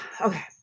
Okay